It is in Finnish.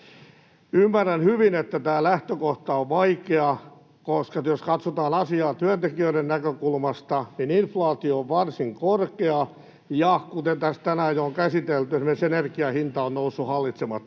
Ymmärrän hyvin, että tämä lähtökohta on vaikea, koska jos katsotaan asiaa työntekijöiden näkökulmasta, niin inflaatio on varsin korkea ja — mitä tässä tänään on jo käsitelty — esimerkiksi energian hinta on noussut hallitsemattomasti.